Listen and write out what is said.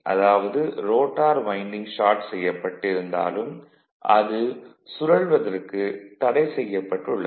அதாவது rotor winding short செய்யப்பட்டு இருந்தாலும் அது சுழல்வதற்கு தடை செய்யப்பட்டுள்ளது